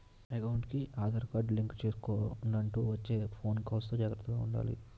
ఎకౌంటుకి Aadhaar card link చేసుకొండంటూ వచ్చే ఫోను కాల్స్ తో జాగర్తగా ఉండాలి